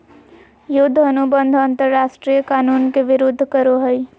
युद्ध अनुबंध अंतरराष्ट्रीय कानून के विरूद्ध करो हइ